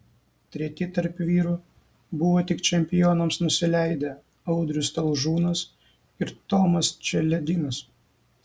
treti tarp vyrų buvo tik čempionams nusileidę audrius talžūnas ir tomas čeledinas